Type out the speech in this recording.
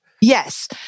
Yes